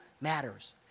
matters